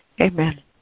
Amen